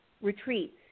retreats